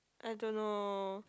I don't know